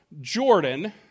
Jordan